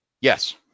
Yes